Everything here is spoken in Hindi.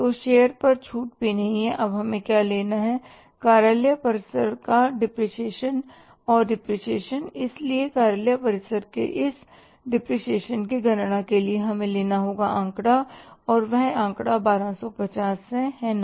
तो शेयर पर छूट भी नहीं है अब हमें क्या लेना है कार्यालय परिसर का डिप्रेशिएशन और डिप्रेशिएशन इसलिए कार्यालय परिसर के इस डिप्रेशिएशन की गणना के लिए हमें लेना होगा आंकड़ा और वह आंकड़ा 1250 है ना